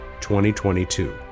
2022